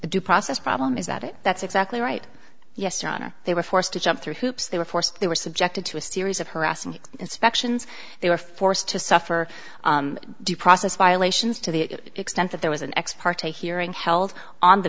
due process problem is that it that's exactly right yes donna they were forced to jump through hoops they were forced they were subjected to a series of harassing inspections they were forced to suffer due process violations to the extent that there was an ex parte hearing held on the